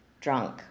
drunk